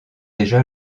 déjà